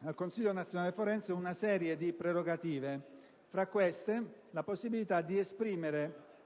al Consiglio nazionale forense una serie di prerogative, fra queste la possibilità di esprimere,